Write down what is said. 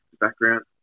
background